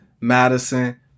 Madison